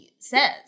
Says